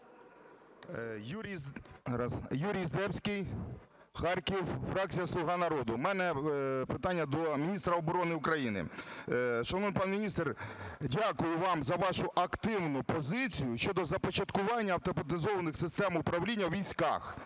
Юрій Здебський, Харків, фракція "Слуга народу". В мене питання до міністра оборони України. Шановний пане міністре, дякую вам за вашу активну позицію щодо започаткування автоматизованих систем управління у військах.